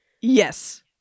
Yes